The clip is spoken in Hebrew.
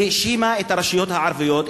היא האשימה את הרשויות הערביות,